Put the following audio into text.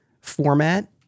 format